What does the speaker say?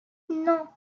non